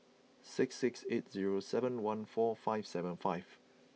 six six eight zero seven one four five seven five